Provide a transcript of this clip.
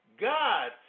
God